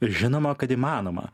žinoma kad įmanoma